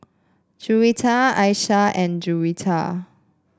Juwita Aishah and Juwita